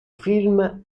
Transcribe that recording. film